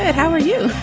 how are you?